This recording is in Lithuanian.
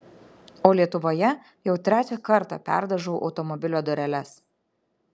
o lietuvoje jau trečią kartą perdažau automobilio dureles